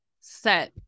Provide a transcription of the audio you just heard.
set